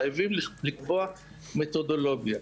חייבים לקבוע מתודולוגיה.